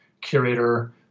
curator